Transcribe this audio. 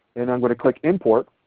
and i'm going to click import.